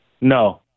No